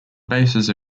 bases